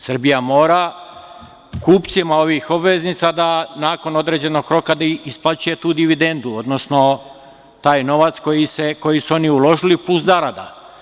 Srbija mora kupcima ovih obveznica da, nakon određenog roka isplaćuje tu dividendu, odnosno taj novac koji su oni uložili, plus zarada.